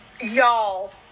Y'all